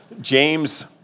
James